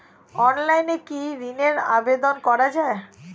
অনলাইনে কি ঋণের আবেদন করা যায়?